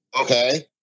Okay